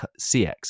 CX